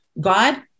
God